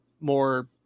more